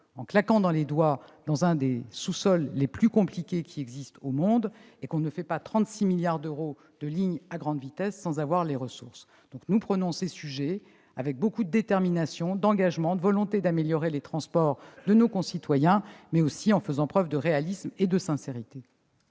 en claquant des doigts, alors que le sous-sol est l'un des plus compliqués qui existent au monde, et qu'on ne fait pas 36 milliards d'euros de lignes à grande vitesse sans en avoir les ressources. Nous traitons ces sujets avec beaucoup de détermination, d'engagement, de volonté d'améliorer les transports de nos concitoyens, mais aussi en faisant preuve de réalisme et de sincérité.